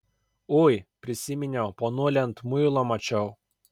ui prisiminiau ponulį ant muilo mačiau